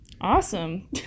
Awesome